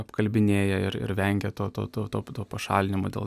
apkalbinėja ir vengia to to to pašalinimo dėl